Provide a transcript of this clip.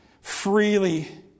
freely